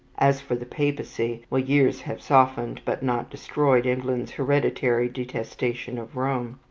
as for the papacy well, years have softened but not destroyed england's hereditary detestation of rome.